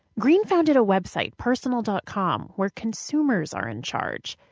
green founded a website, personal dot com, where consumers are in charge.